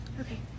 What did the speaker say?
Okay